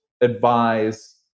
advise